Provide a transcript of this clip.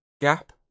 gap